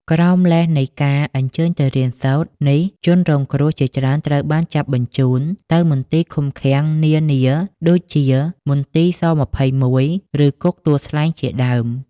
ក្រោមលេសនៃការ "អញ្ជើញទៅរៀនសូត្រ" នេះ ជនរងគ្រោះជាច្រើនត្រូវបានចាប់បញ្ជូនទៅមន្ទីរឃុំឃាំងនានា ដូចជាមន្ទីរស-២១ ឬ គុកទួលស្លែងជាដើម។